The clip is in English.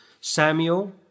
Samuel